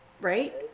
right